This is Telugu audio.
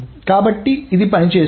కాబట్టి ఇది పనిచేస్తుంది